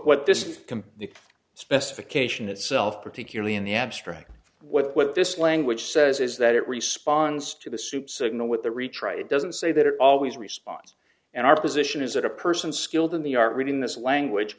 what this complete specification itself particularly in the abstract what this language says is that it responds to the soup signal with the retry it doesn't say that it always responds and our position is that a person skilled in the art reading this language